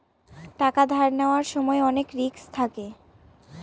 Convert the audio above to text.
টাকা ধার নেওয়ার সময় অনেক রিস্ক থাকে